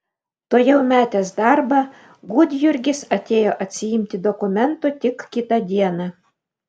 tuojau metęs darbą gudjurgis atėjo atsiimti dokumentų tik kitą dieną